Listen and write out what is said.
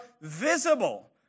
visible